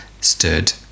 stood